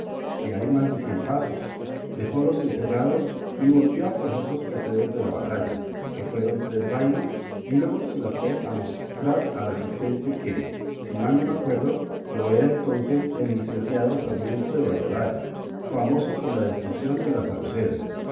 que hay más de cien pasos dejólos encerrados y volvió a coger los trofeos de la batalla que fueron tres vainas y luego se las fue a mostrar al asistente que si mal no me acuerdo lo era entonces el licenciado sarmiento de valladares famoso por la destruición de la sauceda